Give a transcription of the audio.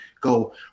go